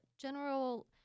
general